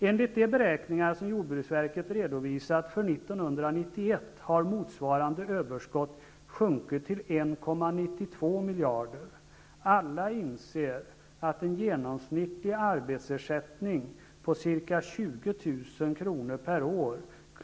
Enligt de beräkningar som jordbruksverket har redovisat för 1991 har motsvarande överskott sjunkit till 1,92 miljarder. Alla inser att landets bönder inte klarar sig på en genomsnittlig arbetsersättning på ca 20 000 kr per år.